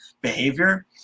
behavior